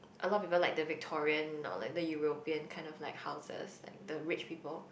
a lot of people like the Victorian either Europian kind of like houses the rich people